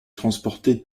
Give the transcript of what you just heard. transporter